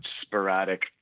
sporadic